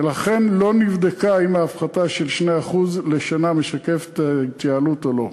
ולכן לא נבדק אם ההפחתה של 2% לשנה משקפת את ההתייעלות או לא.